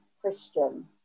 Christian